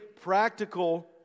practical